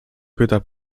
pyta